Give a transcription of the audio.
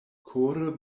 kore